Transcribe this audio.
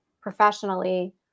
professionally